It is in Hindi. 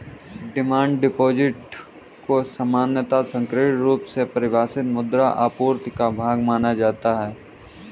डिमांड डिपॉजिट को सामान्यतः संकीर्ण रुप से परिभाषित मुद्रा आपूर्ति का भाग माना जाता है